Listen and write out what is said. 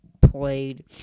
played